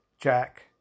Jack